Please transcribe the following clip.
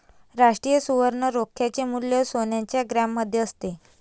राष्ट्रीय सुवर्ण रोख्याचे मूल्य सोन्याच्या ग्रॅममध्ये असते